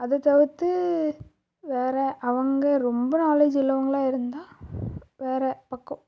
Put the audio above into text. அது தவிர்த்து வேறு அவங்க ரொம்ப நாலேஜ் உள்ளவங்களாக இருந்தால் வேறு பக்கம்